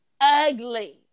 ugly